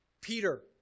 Peter